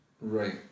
Right